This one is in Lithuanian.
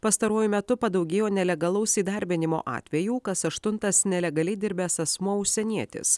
pastaruoju metu padaugėjo nelegalaus įdarbinimo atvejų kas aštuntas nelegaliai dirbęs asmuo užsienietis